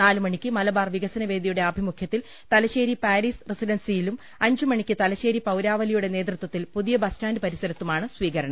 നാല് മണിക്ക് മലബാർ വികസനവേദിയുടെ ആഭിമുഖ്യത്തിൽ തലശ്ശേരി പാരീസ് റസിഡൻസിയിലും അഞ്ച് മണിക്ക് തലശ്ശേരി പൌരാവലിയുടെ നേതൃത്വത്തിൽ പുതിയ ബസ് സ്റ്റാന്റ് പരിസരത്തുമാണ് സ്വീകരണം